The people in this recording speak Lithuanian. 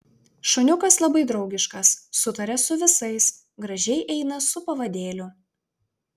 šuniukas labai draugiškas sutaria su visais gražiai eina su pavadėliu